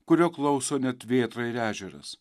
kurio klauso net vėtra ir ežeras